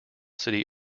city